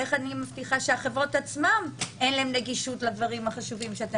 איך אני מבטיחה שלחברות עצמן אין נגישות לדברים החשובים?